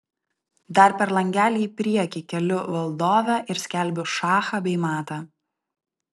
dar per langelį į priekį keliu valdovę ir skelbiu šachą bei matą